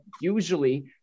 usually